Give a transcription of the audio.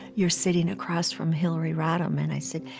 you're sitting across from hillary rodham. and i said,